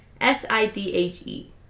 S-I-D-H-E